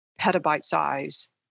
petabyte-size